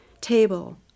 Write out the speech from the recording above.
table